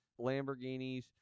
Lamborghinis